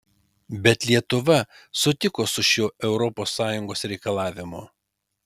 bet lietuva sutiko su šiuo europos sąjungos reikalavimu